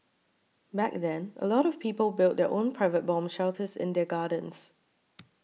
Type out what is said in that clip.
back then a lot of people built their own private bomb shelters in their gardens